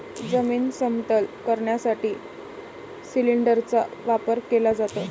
जमीन समतल करण्यासाठी सिलिंडरचा वापर केला जातो